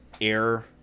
air